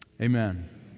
Amen